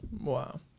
Wow